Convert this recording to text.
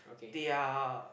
they are